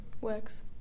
works